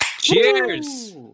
Cheers